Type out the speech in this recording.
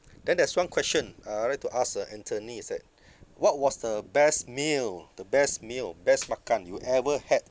then there's one question uh I'd like to ask uh anthony is that what was the best meal the best meal best makan you ever had